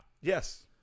Yes